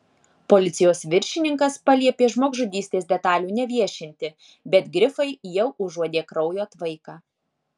policijos viršininkas paliepė žmogžudystės detalių neviešinti bet grifai jau užuodė kraujo tvaiką